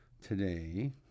Today